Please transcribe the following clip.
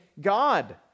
God